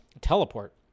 Teleport